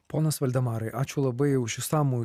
ponas valdemarai ačiū labai už išsamų